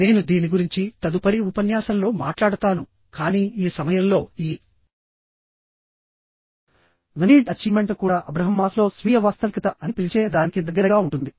నేను దీని గురించి తదుపరి ఉపన్యాసంలో మాట్లాడతాను కానీ ఈ సమయంలో ఈ నీడ్ అచీవ్మెంట్ కూడా అబ్రహం మాస్లో స్వీయ వాస్తవికత అని పిలిచే దానికి దగ్గరగా ఉంటుంది